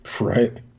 Right